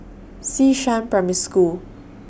Xishan Primary School